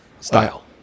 style